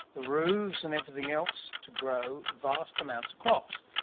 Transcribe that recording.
the roofs and everything else, to grow vast amounts of crops.